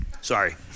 sorry